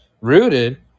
rooted